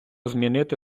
змінити